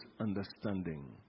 understanding